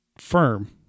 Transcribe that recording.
Firm